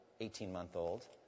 18-month-old